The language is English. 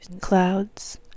Clouds